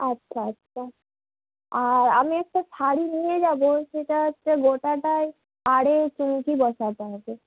আচ্ছা আচ্ছা আর আমি একটা শাড়ি নিয়ে যাবো সেটা হচ্ছে গোটাটাই পাড়ে চুমকি বসাতে হবে